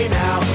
now